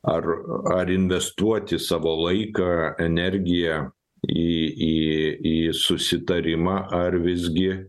ar ar investuoti savo laiką energiją į į į susitarimą ar visgi